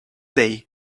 day